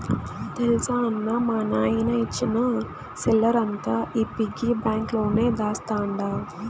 తెల్సా అన్నా, మా నాయన ఇచ్చిన సిల్లరంతా ఈ పిగ్గి బాంక్ లోనే దాస్తండ